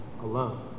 alone